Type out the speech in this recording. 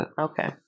okay